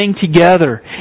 together